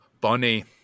Bunny